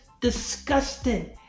disgusting